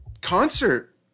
concert